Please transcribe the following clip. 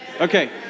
Okay